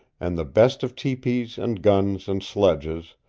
and the best of tepees and guns and sledges,